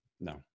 no